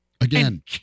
Again